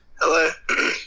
Hello